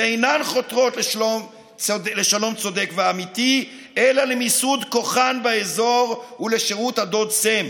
שאינן חותרות לשלום צודק ואמיתי אלא למיסוד כוחן באזור ולשירות הדוד סם.